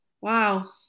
Wow